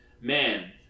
man